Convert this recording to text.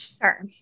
Sure